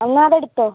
എന്നാൽ അതെടുത്തോ